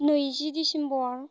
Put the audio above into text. नैजि दिसेम्बर